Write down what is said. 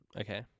Okay